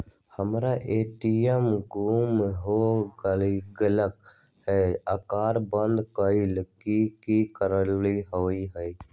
हमर ए.टी.एम गुम हो गेलक ह ओकरा बंद करेला कि कि करेला होई है?